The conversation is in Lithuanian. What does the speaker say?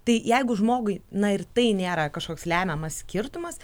tai jeigu žmogui na ir tai nėra kažkoks lemiamas skirtumas